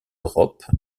europe